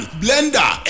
blender